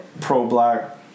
pro-black